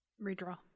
redraw